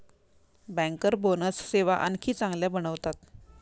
banker bonus सेवा आणखी चांगल्या बनवतात